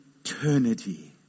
eternity